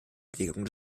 entwicklung